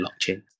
blockchain